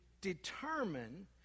determine